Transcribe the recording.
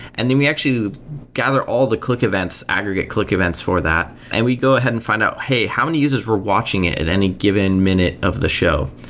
and then we actually gather all the click events, aggregate click events for that and we go ahead and find out, hey, how many users were watching it at any given minute of the show?